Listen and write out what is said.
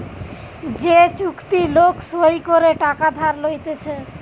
যে চুক্তি লোক সই করে টাকা ধার লইতেছে